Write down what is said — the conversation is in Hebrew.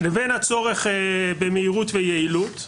לבין הצורך במהירות ויעילות.